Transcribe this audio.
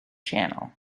channel